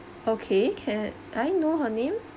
okay can I know her name